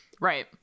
right